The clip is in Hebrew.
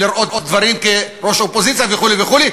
לראות דברים כראש אופוזיציה וכו' וכו'.